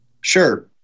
Sure